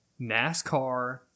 nascar